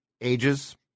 Ages